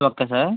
okay sir